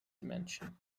dimension